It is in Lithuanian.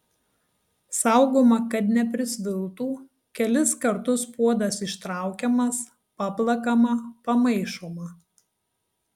saugoma kad neprisviltų kelis kartus puodas ištraukiamas paplakama pamaišoma